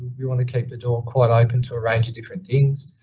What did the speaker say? we want to keep the door quite open to a range of different things.